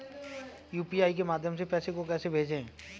UPI के माध्यम से पैसे को कैसे भेजें?